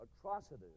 atrocities